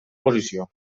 posició